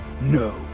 No